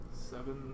Seven